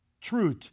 truth